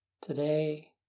Today